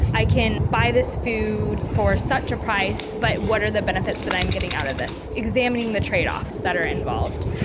i can buy this food for such a price but what are the benefits that i'm getting out of this', examining the tradeoffs that are involved.